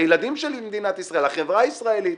לילדים שבמדינת ישראל, לחברה הישראלית.